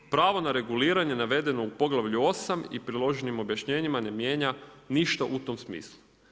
Pravo na reguliranje navedeno u poglavlju 8. i priloženim objašnjenjima ne mijenja ništa u tom smislu.